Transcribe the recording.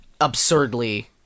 absurdly